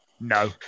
No